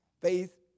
faith